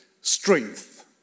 strength